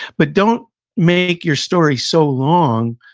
but, don't make your story so long,